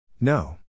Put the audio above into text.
No